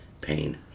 pain